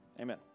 Amen